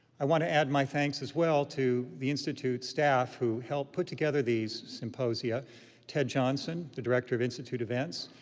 i want to add my thanks as well to the institute staff who helped put together these symposia ted johnson, the director of institute events,